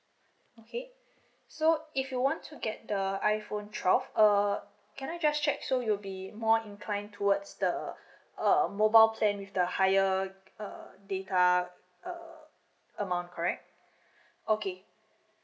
okay so if you want to get the iphone twelve err can I just check so you'll be more inclined towards the um mobile plan with the higher uh data uh amount correct okay